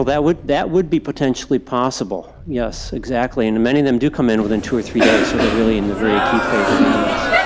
that would that would be potentially possible, yes, exactly, and many of them do come in within two or three days so they're really in the very acute phase of the illness.